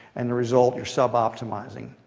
and the result, you're suboptimizing.